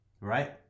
Right